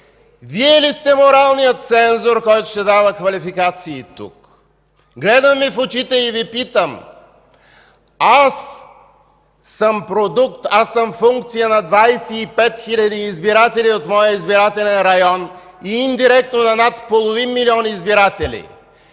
Вие ли сте моралният цензор, който ще дава квалификации тук? Гледам Ви в очите и Ви питам: аз съм продукт, аз съм функция на 25 хиляди избиратели от моя избирателен район и индиректно на над половин милион избиратели,